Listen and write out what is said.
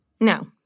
No